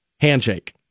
handshake